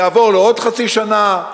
יעבור לעוד חצי שנה,